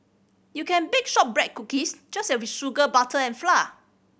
you can bake shortbread cookies just with sugar butter and flour